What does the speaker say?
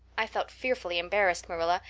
i felt fearfully embarrassed, marilla,